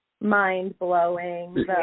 mind-blowing